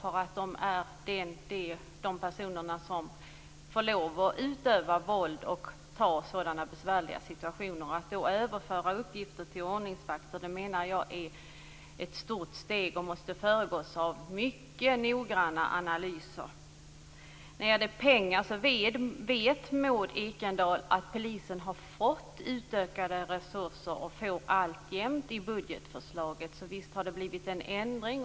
Poliser är de personer som får lov att utöva våld och ta itu med sådana här besvärliga situationer. Det är ett stort steg att överföra uppgifter till ordningsvakter, och det måste föregås av mycket noggranna analyser. När det gäller pengar vet Maud Ekendahl att polisen har fått, och får alltjämt i budgetförslaget, utökade resurser, så det har visst blivit en ändring.